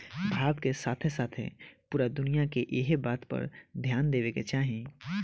भारत के साथे साथे पूरा दुनिया के एह बात पर ध्यान देवे के चाही